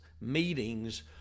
meetings